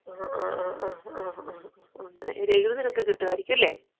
ആ ആ ആ ആ ആ ആ ആ ആ അങ്ങനെ ഒരു എഴുപതിനൊക്കെ കിട്ടുമായിരിക്കും അല്ലേ